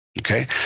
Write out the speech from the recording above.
Okay